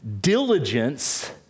diligence